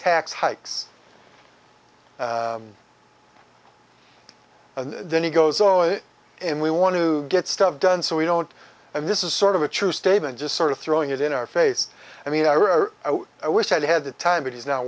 tax hikes and then he goes oh it and we want to get stuff done so we don't and this is sort of a true statement just sort of throwing it in our face i mean i really wish i'd had the time but he's no